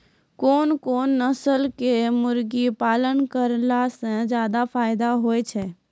कोन कोन नस्ल के मुर्गी पालन करला से ज्यादा फायदा होय छै?